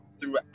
throughout